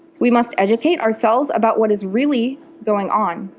we must educate ourselves about what is really going on,